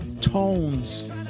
tones